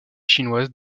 chinoise